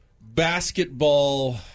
basketball